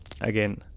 again